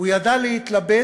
הוא ידע להתלבט,